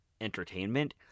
entertainment